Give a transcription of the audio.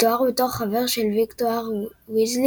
מתואר בתור חבר של ויקטואר וויזלי,